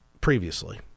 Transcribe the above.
Previously